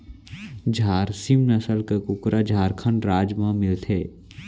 झारसीम नसल के कुकरा झारखंड राज म मिलथे